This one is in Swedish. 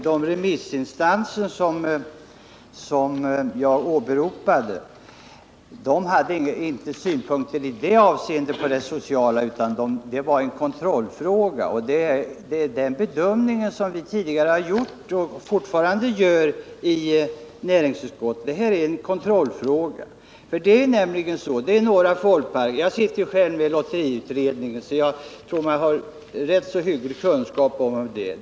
De remissinstanser som jag åberopade hade inte synpunkter på de sociala konsekvenserna, utan för dem var det en kontrollfråga. Det är också den bedömning vi tidigare gjort och fortfarande gör i näringsutskottet: Det är här en kontrollfråga. Jag sitter med i lotteriutredningen, så jag tror mig ha rätt hyggliga kunskaper om det här.